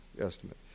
estimate